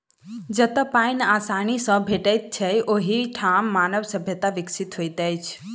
जतअ पाइन आसानी सॅ भेटैत छै, ओहि ठाम मानव सभ्यता विकसित होइत अछि